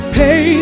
pay